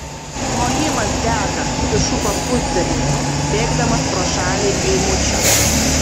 klojimas dega sušuko pusbernis bėgdamas pro šalį eimučio